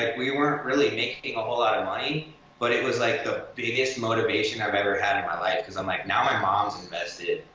we weren't really making a whole lot of money but it was like the biggest motivation i've ever had in my life cause i'm like, now my mom's invested.